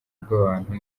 bw’abantu